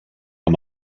amb